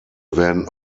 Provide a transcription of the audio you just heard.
werden